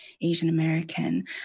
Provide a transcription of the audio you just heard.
Asian-American